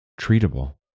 Treatable